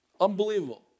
Unbelievable